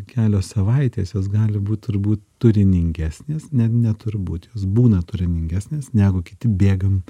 kelios savaitės jos gali būt turbūt turiningesnės net ne turbūt jos būna turiningesnės negu kiti bėgam